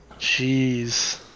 Jeez